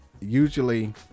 Usually